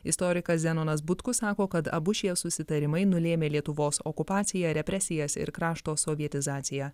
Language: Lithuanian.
istorikas zenonas butkus sako kad abu šie susitarimai nulėmė lietuvos okupaciją represijas ir krašto sovietizaciją